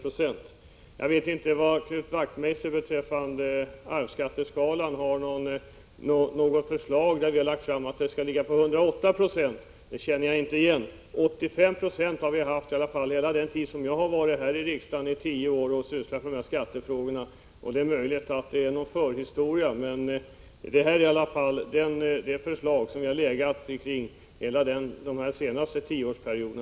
Beträffande arvsskatteskalan så vet jag inte vad Knut Wachtmeister syftar på när han säger att vi har lagt fram förslag om att det högsta uttaget skall ligga på 108 26. Det känner jag inte igen. 85 Yo har vi föreslagit under hela den tid som jag här i riksdagen har sysslat med skattefrågor, dvs. sedan tio år tillbaka. Det är möjligt att det är fråga om något från tiden dessförinnan. 85 96 är den nivå som våra förslag har legat kring i vart fall den senaste tioårsperioden.